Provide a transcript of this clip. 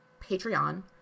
Patreon